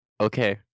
Okay